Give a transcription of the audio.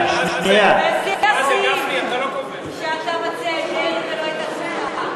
השיאים שאתה מציע את דרעי ולא את עצמך.